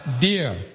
dear